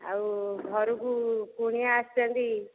ଆଉ ଘରକୁ କୁଣିଆ ଆସିଛନ୍ତି